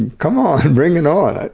and come on, and bring it on.